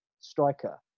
striker